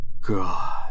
god